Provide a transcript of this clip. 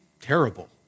terrible